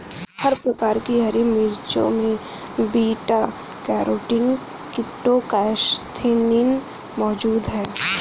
हर प्रकार की हरी मिर्चों में बीटा कैरोटीन क्रीप्टोक्सान्थिन मौजूद हैं